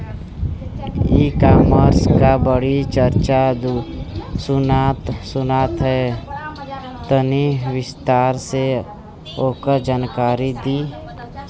ई कॉमर्स क बड़ी चर्चा सुनात ह तनि विस्तार से ओकर जानकारी दी?